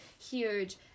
huge